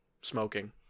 smoking